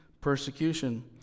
Persecution